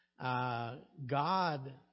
God